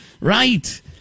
Right